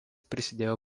prisidėjo